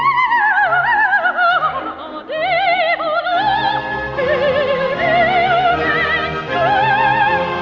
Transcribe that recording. i